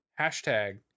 Hashtag